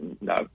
no